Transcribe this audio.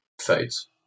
Fades